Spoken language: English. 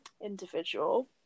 individual